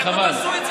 וחבל.